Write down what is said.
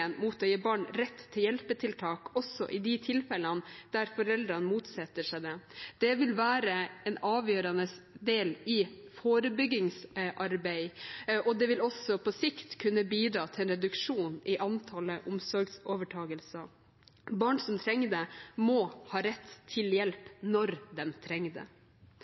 mot å gi barn rett til hjelpetiltak, også i de tilfellene der foreldrene motsetter seg dette. Det vil være en avgjørende del i forebyggingsarbeid, og det vil også på sikt kunne bidra til reduksjon i antallet omsorgsovertakelser. Barn som trenger det, må ha rett til hjelp når de trenger det.